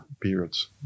periods